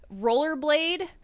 rollerblade